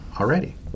already